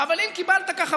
אבל אם קיבלת ככה,